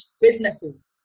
businesses